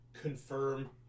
confirm